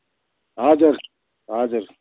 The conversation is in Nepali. हजुर हजुर